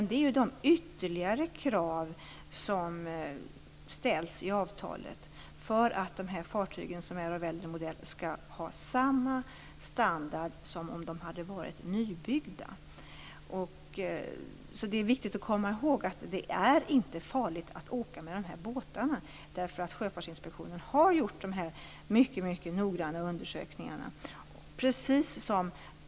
Det är de ytterligare krav som ställs i avtalet för att de fartyg som är av äldre modell skall ha samma standard som om de hade varit nybyggda. Det är viktigt att komma ihåg att det inte är farligt att åka med dessa båtar, eftersom Sjöfartsinspektionen har gjort dessa mycket noggranna undersökningar.